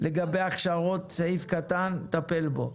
לגבי הכשרות, סעיף קטן, נטפל בו.